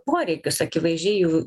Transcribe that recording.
poreikius akivaizdžiai jų